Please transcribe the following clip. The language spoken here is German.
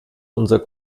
unser